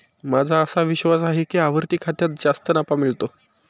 माझा असा विश्वास आहे की आवर्ती खात्यात जास्त नफा मिळतो